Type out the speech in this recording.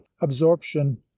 absorption